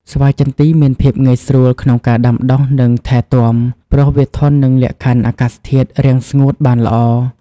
ស្វាយចន្ទីមានភាពងាយស្រួលក្នុងការដាំដុះ និងថែទាំ ព្រោះវាធន់នឹងលក្ខខណ្ឌអាកាសធាតុរាំងស្ងួតបានល្អ។